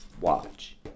Watch